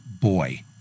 boy